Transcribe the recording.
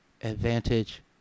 advantage